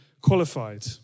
qualified